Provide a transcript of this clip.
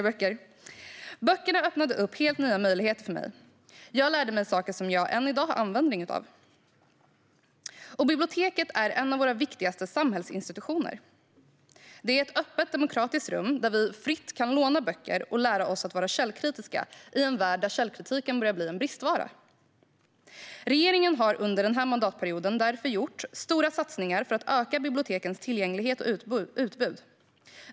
Böckerna öppnade helt nya möjligheter för mig, och jag lärde mig saker som jag än i dag har användning av. Biblioteken är en av våra viktigaste samhällsinstitutioner. Det är ett öppet demokratiskt rum där vi fritt kan låna böcker och lära oss att vara källkritiska i en värld där källkritiken börjar bli en bristvara. Regeringen har därför under den här mandatperioden gjort stora satsningar för att öka bibliotekens tillgänglighet och utbud.